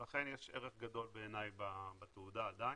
ולכן יש ערך גדול בעיני בתעודה עדיין.